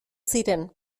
ziren